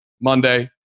Monday